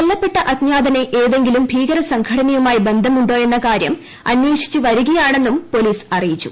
കൊല്ലപ്പെട്ട അജ്ഞാതന്ട് ഏതെങ്കിലും ഭീകര സംഘടനയുമായി ബന്ധമുണ്ടോയെന്ന കാർപ്പ് അന്വേഷിച്ചുവരികയാണെന്നും പൊലീസ് അറിയിച്ചു